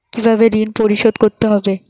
কিভাবে ঋণ পরিশোধ করতে হবে?